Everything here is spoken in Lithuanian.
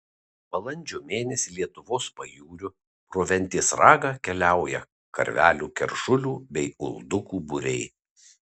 balandžio mėnesį lietuvos pajūriu pro ventės ragą keliauja karvelių keršulių bei uldukų būriai